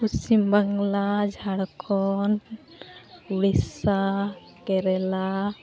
Paschim Bangla Jharkhand Odisha Kerala